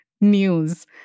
news